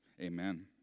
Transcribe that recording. Amen